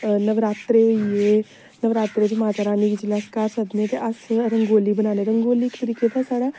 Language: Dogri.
नवरात्रे होई गे नवरात्रे च माता रानी जिसले अस घर सद्दने ते अस रंगोली बनान्ने ते रंगोली इक तरीके दा साढ़ा